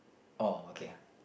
oh okay